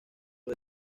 del